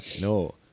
No